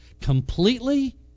completely